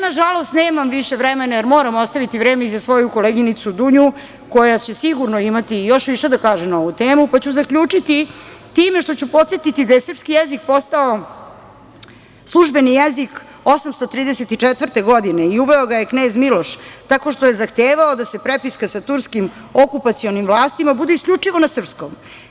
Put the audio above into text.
Na žalost, nemam više vremena, jer moram ostaviti vreme i za svoju koleginicu Dunju, koja će sigurno imati još više da kaže na ovu temu, pa ću zaključiti time što ću podsetiti da je srpski jezik postao službeni jezik 834. godine i uveo ga je Knez Miloš tako što je zahtevao da se prepiska sa turskim okupacionom vlastima bude isključivo na srpskom.